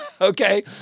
Okay